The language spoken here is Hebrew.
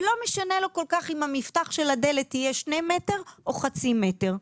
ולא משנה לו כל כך אם המפתח של הדלת יהיה שני מטר או חצי מטר,